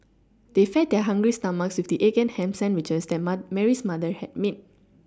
they fed their hungry stomachs with the egg and ham sandwiches that ma Mary's mother had made